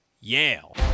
Yale